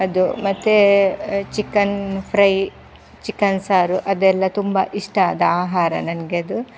ಅದು ಮತ್ತು chicken fry chicken ಸಾರು ಅದೆಲ್ಲ ತುಂಬ ಇಷ್ಟ ಆದ ಆಹಾರ ನನಗೆ ಅದು